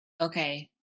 Okay